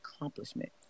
accomplishment